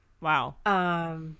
Wow